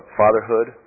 fatherhood